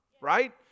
Right